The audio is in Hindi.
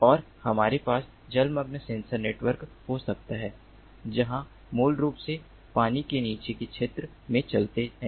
और हमारे पास जलमग्न सेंसर नेटवर्क हो सकता है जहां मूल रूप से पानी के नीचे के क्षेत्र में चलते हैं